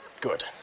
good